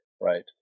right